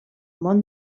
món